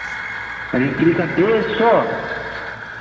paneer chilli का डेढ़ सौ